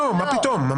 מה פתאום.